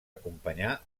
acompanyar